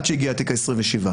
עד שהגיע התיק ה-27.